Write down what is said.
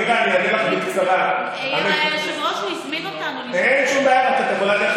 נירה, אני אענה לך